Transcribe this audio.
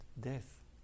death